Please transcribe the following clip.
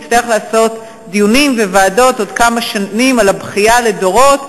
שנים שוב נצטרך לעשות דיונים וועדות על הבכייה לדורות